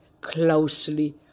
closely